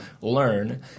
learn